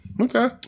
Okay